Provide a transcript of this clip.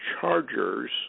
Chargers